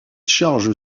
charge